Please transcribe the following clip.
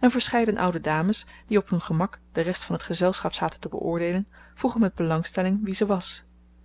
en verscheiden oude dames die op hun gemak de rest van t gezelschap zaten te beoordeelen vroegen met belangstelling wie ze was